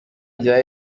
rya